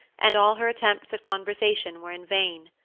and all her attempts at conversation were in vain.